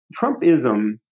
Trumpism